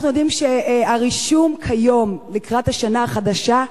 אנחנו יודעים שהרישום כיום, לקראת השנה החדשה,